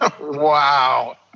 Wow